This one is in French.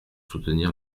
soutenir